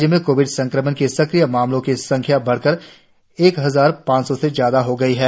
राज्य मे कोविड संक्रमण के सक्रिय मामलों की संख्या बढ़कर एक हजार पांच सौ से ज्यादा हो गई है